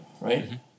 right